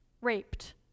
raped